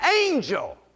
angel